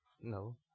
No